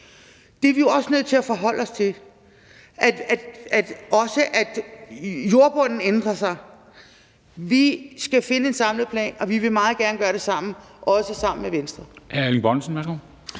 Det er vi også nødt til at forholde os til, altså at også jordbunden ændrer sig. Vi skal finde en samlet plan, og vi vil meget gerne gøre det sammen – også sammen med Venstre.